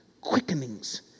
Quickenings